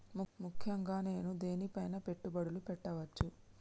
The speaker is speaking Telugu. ముఖ్యంగా నేను దేని పైనా పెట్టుబడులు పెట్టవచ్చు?